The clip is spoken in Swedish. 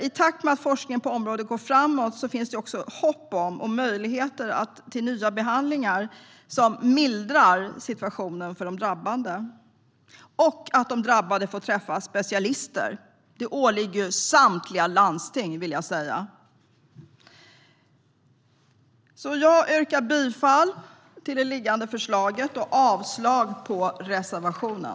I takt med att forskningen på området går framåt finns det hopp om och möjligheter till nya behandlingar som mildrar situationen för de drabbade. Att de drabbade får träffa specialister åligger samtliga landsting, vill jag också säga. Jag yrkar bifall till det liggande förslaget och avslag på reservationen.